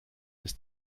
ist